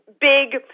big